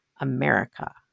America